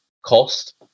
Cost